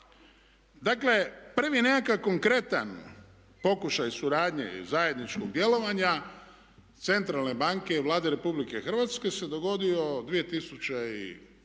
Dakle, prvi nekakav konkretan pokušaj suradnje i zajedničkog djelovanja centralne banke i Vlade RH se dogodio 2009.